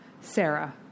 Sarah